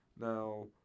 now